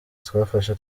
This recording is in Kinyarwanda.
twafashe